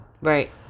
Right